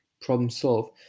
problem-solve